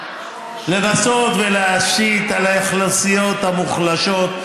לנסות ולהשית על האוכלוסיות המוחלשות,